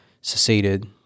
seceded